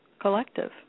collective